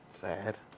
Sad